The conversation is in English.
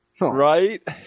right